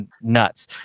Nuts